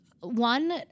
one